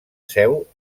seu